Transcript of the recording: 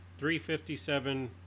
357